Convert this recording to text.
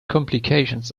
complications